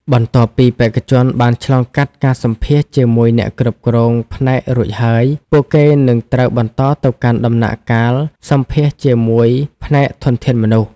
បន្ទាប់ពីបេក្ខជនបានឆ្លងកាត់ការសម្ភាសន៍ជាមួយអ្នកគ្រប់គ្រងផ្នែករួចហើយ ពួកគេនឹងត្រូវបន្តទៅកាន់ដំណាក់កាលសម្ភាសន៍ជាមួយផ្នែកធនធានមនុស្ស។